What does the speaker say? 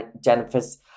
Jennifer's